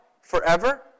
forever